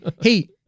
hey